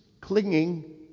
clinging